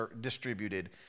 distributed